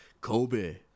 Kobe